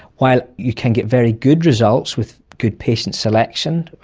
while you can get very good results with good patient selection,